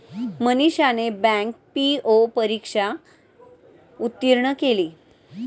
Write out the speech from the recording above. मनीषाने bank PO परीक्षा उत्तीर्ण केली